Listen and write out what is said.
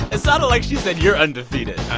it sounded like she said you're undefeated